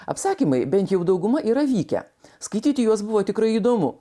apsakymai bent jau dauguma yra vykę skaityti juos buvo tikrai įdomu